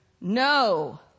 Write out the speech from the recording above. No